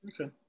Okay